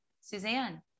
Suzanne